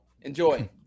enjoy